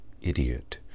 idiot